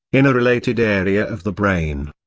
in a related area of the brain.